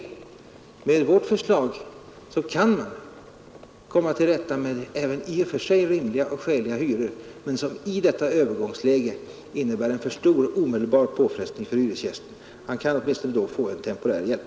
Enligt vårt förslag kan man komma till rätta även med hyror som i och för sig är rimliga och skäliga men som i en övergångssituation innebär en alltför stor omedelbar påfrestning för hyresgästen. Han kan då åtminstone få en temporär hjälp.